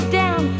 down